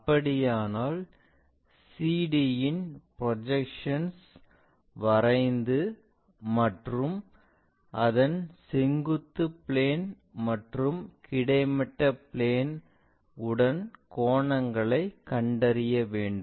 அப்படியானால் CD இன் projection வரைந்து மற்றும் அதன் செங்குத்து பிளேன் மற்றும் கிடைமட்ட பிளேன் உடன் கோணங்களைக் கண்டறிய வேண்டும்